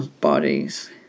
bodies